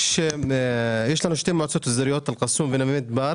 יש לנו שתי מועצות אזוריות אל קסום ונווה מדבר